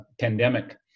pandemic